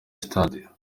sitade